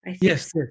Yes